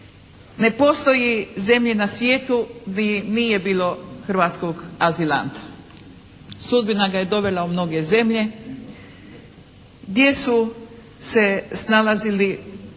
Ne postoji zemlje na svijetu gdje nije bilo hrvatskog azilanta. Sudbina ga je dovela u mnoge zemlje, gdje su se snalazili, gdje